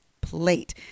plate